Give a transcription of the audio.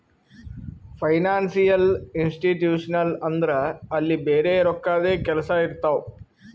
financial institution ಅಂದುರ್ ಅಲ್ಲಿ ಬರೆ ರೋಕ್ಕಾದೆ ಕೆಲ್ಸಾ ಇರ್ತಾವ